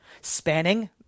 spanning